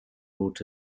wrote